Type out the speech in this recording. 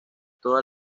todas